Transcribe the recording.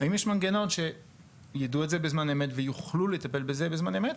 האם יש מנגנון שיידעו את זה בזמן אמת ויוכלו לטפל בזה בזמן אמת?